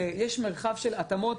יש מרחב של התאמות,